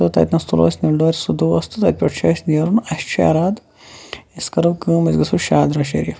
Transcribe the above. تتنس تُلو أسۍ نِلدورٕ سُہ دوس تہٕ تتہ پیٚٹھ چھُ اسہِ نیرُن اسہِ چھُ اراد أسۍ کرو کٲم أسۍ گَژھو شادرا شریٖف